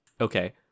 Okay